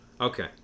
Okay